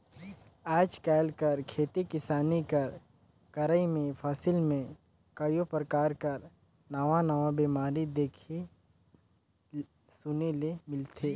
आएज काएल कर खेती किसानी कर करई में फसिल में कइयो परकार कर नावा नावा बेमारी देखे सुने ले मिलथे